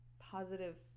positive